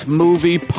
movie